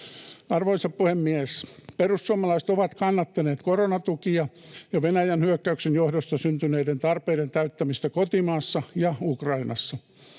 Arvoisa puhemies! Perussuomalaiset ovat kannattaneet koronatukia ja Venäjän hyökkäyksen johdosta syntyneiden tarpeiden täyttämistä kotimaassa ja Ukrainassa.